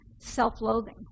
self-loathing